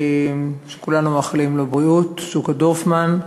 שכולנו מאחלים לו בריאות, שוקה דורפמן,